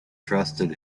trusted